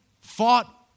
fought